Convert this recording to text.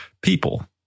people